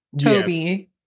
Toby